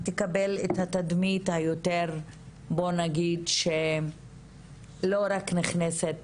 תקבל תדמית שהיא לא רק נכנסת